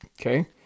Okay